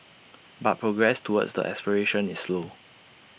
but progress towards the aspiration is slow